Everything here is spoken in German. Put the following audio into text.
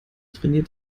trainiert